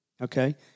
okay